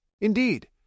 Indeed